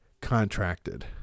contracted